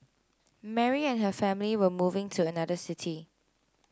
Mary and her family were moving to another city